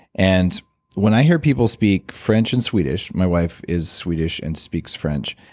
and when i hear people speak french and swedish. my wife is swedish and speaks french.